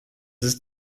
ist